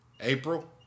April